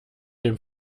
dem